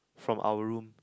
from our room